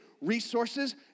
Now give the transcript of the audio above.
resources